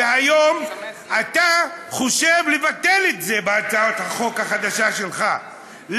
היום אתה חושב לבטל את זה בהצעת החוק החדשה שלך,